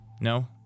No